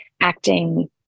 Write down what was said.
acting